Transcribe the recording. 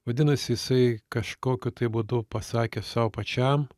vadinasi jisai kažkokiu tai būdu pasakė sau pačiam